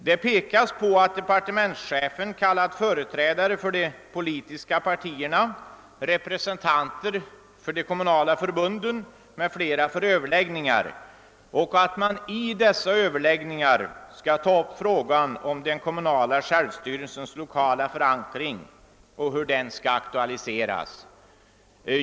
Det pekas på att departementschefen kallat företrädare för de politiska partierna och representanter för de kommunala förbunden m.fl. till överläggningar där bl.a. frågan om den kommunala självstyrelsens lokala förankring skall aktualiseras.